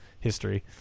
history